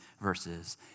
verses